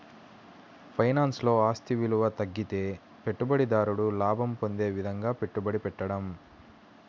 ఫైనాన్స్లో, ఆస్తి విలువ తగ్గితే పెట్టుబడిదారుడు లాభం పొందే విధంగా పెట్టుబడి పెట్టడం